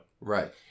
Right